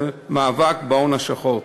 זה מאבק בהון השחור.